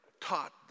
taught